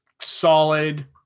solid